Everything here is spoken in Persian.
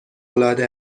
العاده